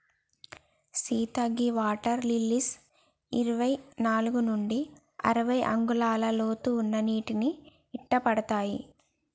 సీత గీ water lilies ఇరవై నాలుగు నుండి అరవై అంగుళాల లోతు ఉన్న నీటిని ఇట్టపడతాయి